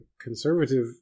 conservative